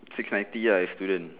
six ninety ah if student